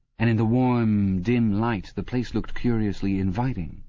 and in the warm dim light the place looked curiously inviting.